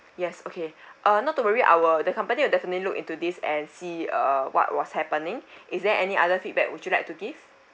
yes okay uh not worry I will the company will definitely look into this and see uh what was happening is there any other feedback would you like to give